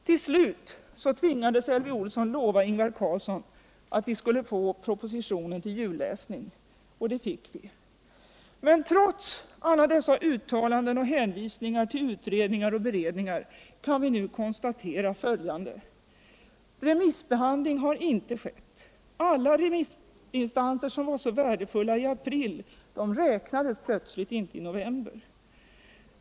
Till slut tvingades Elvy Olsson lova Ingvar Carlsson att vi skulle få propositionen till julläsning — och det fick vi. Trots alla dessa uttalanden och hänvisningar till utredningar och beredningar kan vi nu konstatera följande. Remissbehandling har ej skett. Alla remissinstanser som var så värdefulla i april räknades plötsligt inte i november.